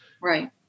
Right